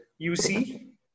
UC